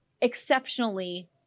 Exceptionally